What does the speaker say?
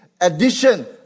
addition